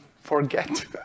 forget